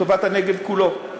לטובת הנגב כולו.